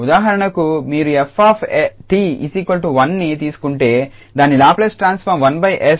ఉదాహరణకు మీరు f𝑡1ని తీసుకుంటే దాని లాప్లేస్ ట్రాన్స్ఫార్మ్ 1𝑠